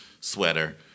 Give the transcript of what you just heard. sweater